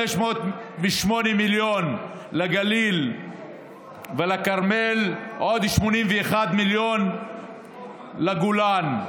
508 מיליון לגליל ולכרמל ועוד 81 מיליון לגולן,